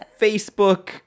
Facebook